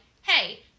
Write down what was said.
Hey